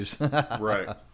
Right